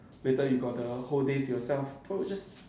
later you got a whole day to yourself so you just